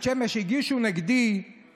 בית שמש התנועה הרפורמית הגישה נגדי בג"ץ